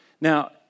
Now